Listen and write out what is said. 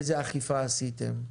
איזו אכיפה עשיתם,